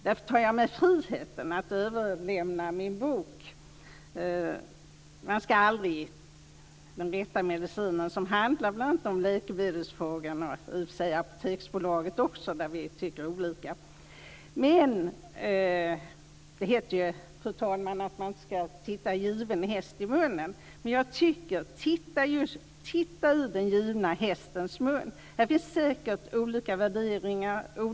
Därför tar jag mig friheten att överlämna min bok Den rätta medicinen, som handlar bl.a. om läkemedelsfrågan och i och för sig också om Apoteksbolaget, som vi tycker olika om. Det heter, fru talman, att man inte skall titta given häst i munnen. Men jag tycker att man skall titta i den givna hästens mun. Här finns säkert olika värderingar.